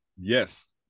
yes